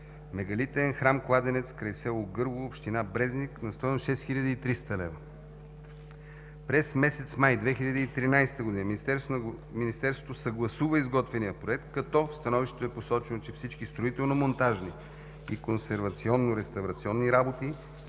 „Мегалитен храм-кладенец“ край село Гърло, община Брезник на стойност 6300 лв. През месец май 2013 г. Министерството съгласува изготвения проект, като в становището е посочено, че всички строително монтажни и консервационно-реставрационни работи